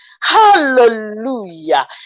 Hallelujah